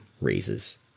raises